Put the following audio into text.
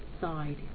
side